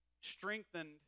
strengthened